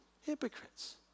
hypocrites